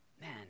man